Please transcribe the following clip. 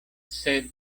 sed